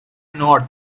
north